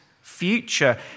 future